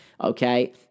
Okay